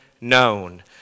known